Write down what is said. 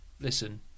listen